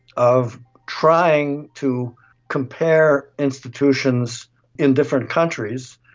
of trying to compare institutions in different countries,